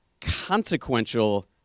consequential